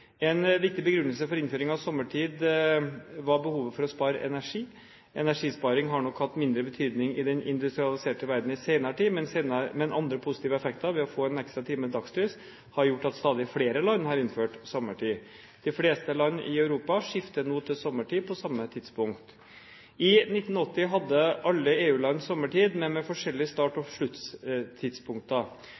En viktig begrunnelse for innføring av sommertid var behovet for å spare energi. Energisparing har nok hatt mindre betydning i den industrialiserte verden i senere tid, men andre positive effekter ved å få en ekstra time dagslys har gjort at stadig flere land har innført sommertid. De fleste land i Europa skifter nå til sommertid på samme tidspunkt. I 1980 hadde alle EU-land sommertid, men med forskjellige start- og